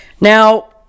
now